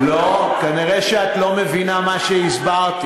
לא, נראה שאת לא מבינה את מה שהסברתי.